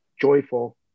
joyful